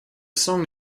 song